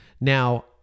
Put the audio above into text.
Now